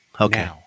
Okay